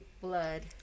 blood